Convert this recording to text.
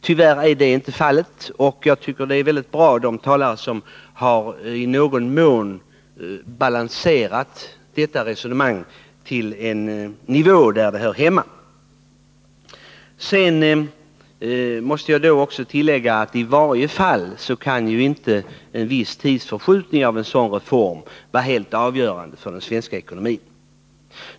Tyvärr är detta inte fallet, och jag tycker att det är bra att några talare i någon mån har fört tillbaka detta resonemang till den nivå där det hör hemma. Jag vill också tillägga att en viss tidsförskjutning för en sådan här reform i varje fall inte kan vara helt avgörande för den svenska ekonomin.